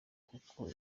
kuko